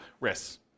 risks